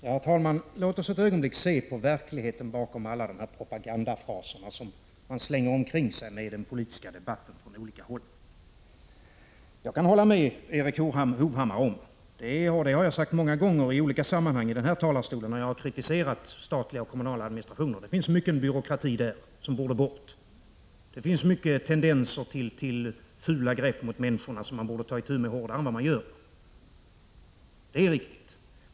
Herr talman! Låt oss ett ögonblick se på verkligheten bakom alla de propagandafraser som man slänger omkring sig i den politiska debatten från olika håll! Jag kan hålla med Erik Hovhammar om att det finns mycken byråkrati i statlig och kommunal administration som borde bort, och det har jag sagt många gånger när jag har kritiserat den från den här talarstolen. Där finns många tendenser till fula grepp mot människorna som man borde ta itu med hårdare än vad man gör, det är riktigt.